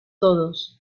todos